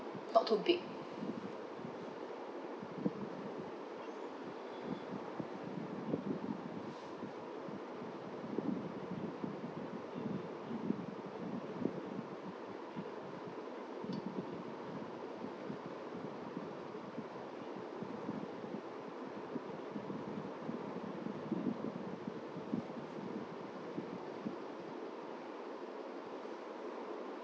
not too big